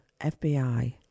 FBI